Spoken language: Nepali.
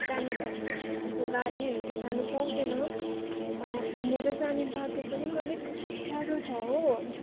र त्यहाँनेर यस्तो गाडीहरू त जानु पाउँदैन हिँडेर जाने बाटो पनि अलिक अप्ठ्यारो छ हो